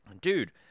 dude